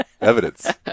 Evidence